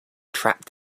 trapped